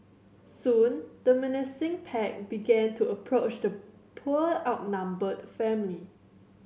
soon the menacing pack began to approach the poor outnumbered family